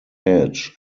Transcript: edge